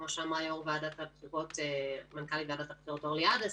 כמו שאמרה מנכ"לית ועדת הבחירות אורלי עדס,